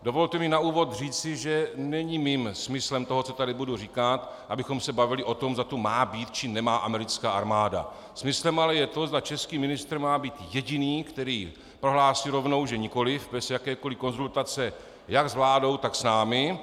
Dovolte mi na úvod říci, že není smyslem toho, co tady budu říkat, abychom se bavili o tom, zda tu má být, či nemá americká armáda, smyslem ale je to, zda český ministr má být jediný, který prohlásil rovnou, že nikoliv, bez jakékoli konzultace jak s vládou, tak s námi.